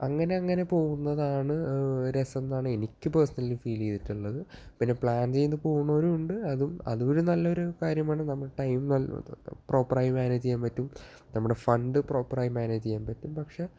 അങ്ങനെ അങ്ങനെ പോവുന്നതാണ് രസം എന്നാണ് എനിക്ക് പേര്സണലി ഫീല് ചെയ്തിട്ടുള്ളത് പിന്നെ പ്ലാന് ചെയ്ത് പോകുന്നവരും ഉണ്ട് അതും അതും ഒരു നല്ലൊരു കാര്യമാണ് നമ്മുടെ ടൈം നല്ലോണം പ്രോപ്പറായി മാനേജ് ചെയ്യാന് പറ്റും നമ്മുടെ ഫണ്ട് പ്രോപ്പറായി മാനേജ് ചെയ്യാന് പറ്റും പക്ഷെ